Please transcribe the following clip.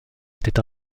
était